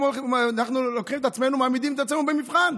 אנחנו לוקחים את עצמנו, מעמידים את עצמנו במבחן,